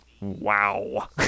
wow